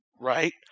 Right